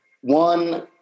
One